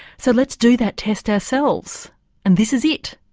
so let's do that test ourselves and this is it.